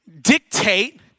dictate